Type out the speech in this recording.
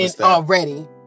already